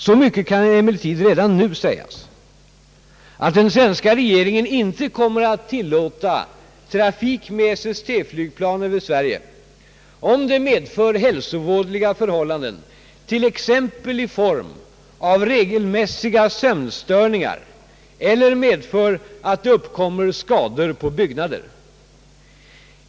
Så mycket kan emellertid redan nu sägas att den svenska regeringen inte kommer att tillåta trafik med SST-flygplan över Sverige om det medför hälsovådliga förhållanden t.ex. i form av regelmässiga sömnstörningar eller medför att det uppkommer skador på byggnader.